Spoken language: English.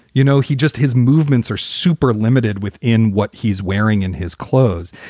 you know, he just his movements are super limited within what he's wearing in his clothes.